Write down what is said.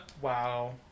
Wow